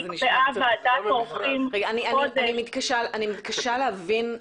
נקבעה ועדת עורכים --- אני מתקשה להבין.